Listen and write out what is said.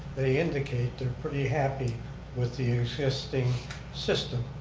they indicate they're pretty happy with the existing system.